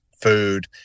food